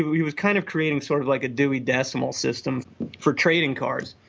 he was kind of creating sort of like a dewey decimal system for trading cards.